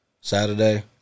Saturday